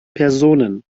personen